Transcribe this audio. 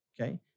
okay